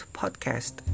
podcast